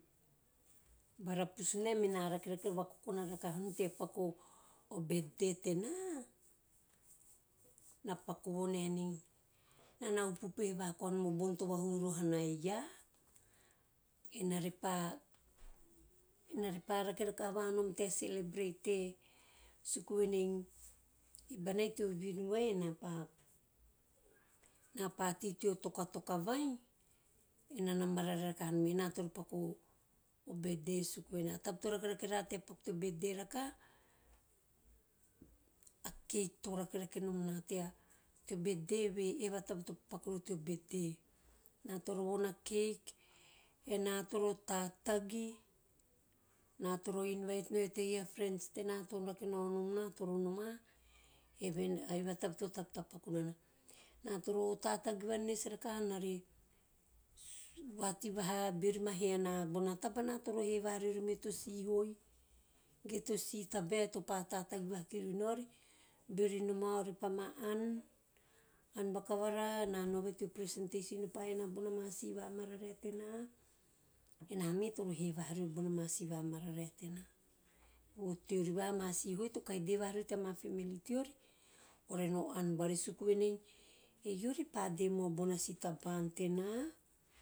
Bara pusa ne mene rakerake vakokona rakanom tea ppaku o birthday tena! Na paku no naenei enana, enana upu`upuhe vaha koa nom a bou to vahuhu roho na eiaa, ena repa- ene repa rake repa vakaha vahaanom tea celebrate e, suku venei ei bauai teo vinu vai ena pa- ena pa tei teo takotako vai enana mararae vakahanom ena toro paku o- o birthday suku venei a taba to rakerake rara tea paku teo birthday rakaha a cake to rakerake nom na tea, teo birthday. Eua toro nou a cake, ena toro tatagi ena toro invite no e tere a frens tena to rake no nom na toro noma eve- eve a taba to taptapaka nana. Ena toro tagi vanenes vakaha ena re vati vaha, beori ma he ana bona taba ena roro he vaha mori me to si hoi ge to si tabae topa tatagi vaha kiriu na ovi beori noma over pa ma ann- ann vakava ena nao vai teo presentation ore pa hema bona ma si va mararae tena, ena me toro he vaha viovi bona ua si va mararae ena me toro he vaha viovi bona ma si va mararae tena vo teori vaha, ama si hoi to kahi dei vaha riori teama family teori ove no auu bari suku venei e iori pa de mau bona ma si tabau tena.